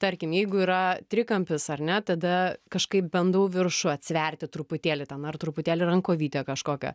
tarkim jeigu yra trikampis ar ne tada kažkaip bandau viršų atsiverti truputėlį ten ar truputėlį rankovytę kažkokia